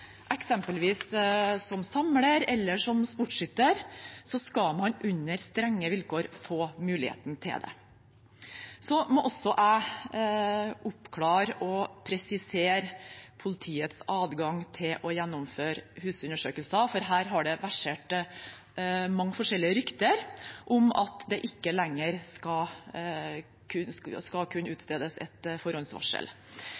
eksempelvis som samler eller som sportsskytter, skal man under strenge vilkår få muligheten til å ha det. Så må også jeg oppklare og presisere politiets adgang til å gjennomføre husundersøkelser, for her har det versert mange forskjellige rykter om at det ikke lenger skal kunne utstedes et forhåndsvarsel. Forskriften som vi har i dag, skal